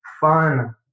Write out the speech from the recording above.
fun